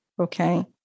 okay